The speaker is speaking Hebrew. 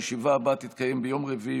הישיבה הבאה תתקיים ביום רביעי,